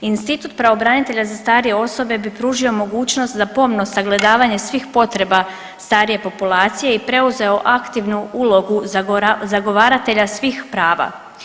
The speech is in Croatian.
Institut pravobranitelja za starije osobe bi pružio mogućnost za pomno sagledavanje svih potreba starije populacije i preuzeo aktivnu ulogu zagovaratelja svih prava.